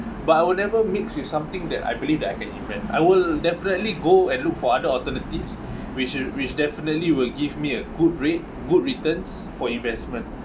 but I will never mix with something that I believe that I can invest I will definitely go and look for other alternatives which which definitely will give me a good rate good returns for investment